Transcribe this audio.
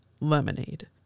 lemonade